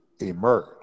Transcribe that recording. emerge